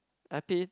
epi